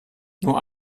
nur